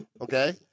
okay